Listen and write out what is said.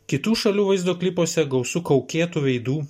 kitų šalių vaizdo klipuose gausu kaukėtų veidų